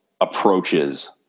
approaches